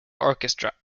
orchestra